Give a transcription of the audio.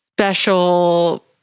Special